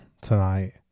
tonight